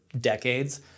decades